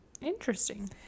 Interesting